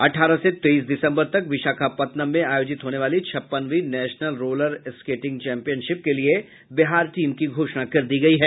अठारह से तेईस दिसम्बर तक विशाखापत्तनम में आयोजित होने वाली छप्पनवीं नेशनल रोलर स्केटिंग चैंपियनशिप के लिए बिहार टीम की घोषणा कर दी गयी है